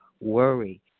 worry